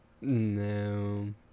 no